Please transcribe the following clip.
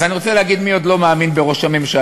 אז אני רוצה להגיד מי עוד לא מאמין בראש הממשלה,